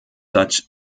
such